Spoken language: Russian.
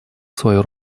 свою